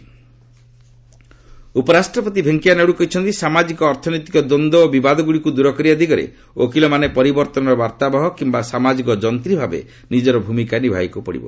VP award ଉପରାଷ୍ଟ୍ରପତି ଭେଙ୍କିୟା ନାଇଡ଼ୁ କହିଛନ୍ତି ସାମାଜିକ ଅର୍ଥନୈତିକ ଦୃନ୍ଦ ଓ ବିବାଦଗୁଡ଼ିକୁ ଦୂର କରିବା ଦିଗରେ ଓକିଲମାନେ ପରିବର୍ତ୍ତନର ବାର୍ତ୍ତାବହ କିୟା ସାମାଜିକ ଯନ୍ତ୍ରୀ ଭାବେ ନିକର ଭୂମିକା ନିଭାଇବାକୁ ପଡ଼ିବ